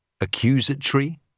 Accusatory